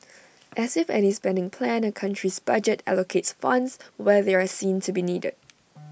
as with any spending plan A country's budget allocates funds where they are seen to be needed